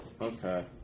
Okay